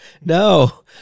no